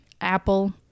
apple